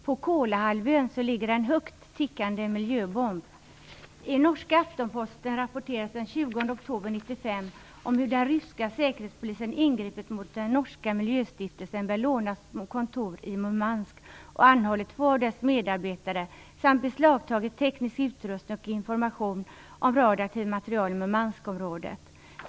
På Kolahalvön ligger en högt tickande miljöbomb. 1995 om hur den ryska säkerhetspolisen ingripit mot den norska miljöstiftelsen Bellonas kontor i Murmansk och anhållit två av dess medarbetare samt beslagtagit teknisk utrustning och information om radioaktivt material i Murmanskområdet.